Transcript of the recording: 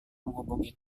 menghubungi